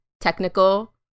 technical